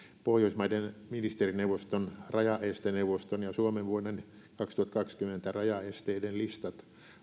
pohjoismaiden ministerineuvoston rajaesteneuvoston ja suomen vuoden kaksituhattakaksikymmentä rajaesteiden listat